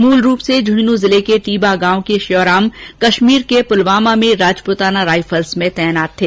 मूल रूप से झुंझनू जिले के टीबा गांव के श्योराम कश्मीर के पुलवामा में राजपूताना राइफल्स में तैनात थे